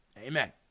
amen